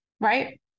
right